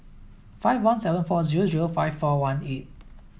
five one seven four zero zero five four one eight